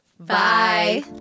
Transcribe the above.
Bye